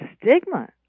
stigma